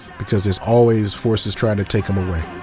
because there's always forces trying to take them away.